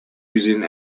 using